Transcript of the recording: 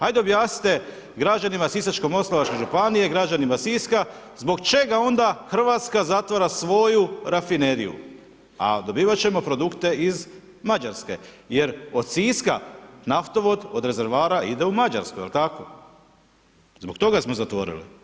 Ajde objasnite građanima Sisačko-moslavačke županije, građanima Siska zbog čega onda Hrvatska zatvara svoju rafineriju, a dobivat ćemo produkte iz Mađarske jer od Siska naftovod od rezervoara ide u Mađarsku, jel tako, zbog toga smo zatvorili.